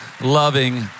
loving